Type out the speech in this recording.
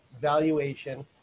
valuation